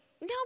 no